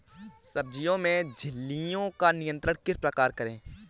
सब्जियों में इल्लियो का नियंत्रण किस प्रकार करें?